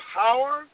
power